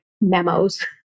memos